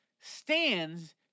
stands